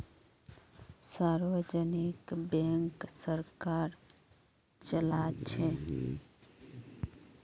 सार्वजनिक बैंक सरकार चलाछे